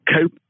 cope